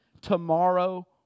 tomorrow